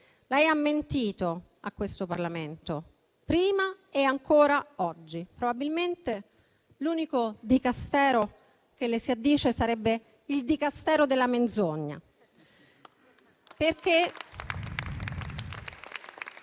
Lei ha mentito al Parlamento prima e ancora oggi. Probabilmente l'unico Dicastero che le si addice sarebbe il Dicastero della menzogna